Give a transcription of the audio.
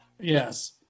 Yes